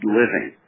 living